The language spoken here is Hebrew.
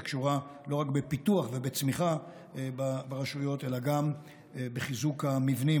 שקשורה לא רק בפיתוח ובצמיחה ברשויות אלא גם בחיזוק המבנים.